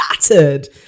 shattered